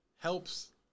helps